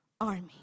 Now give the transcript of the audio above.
army